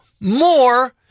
more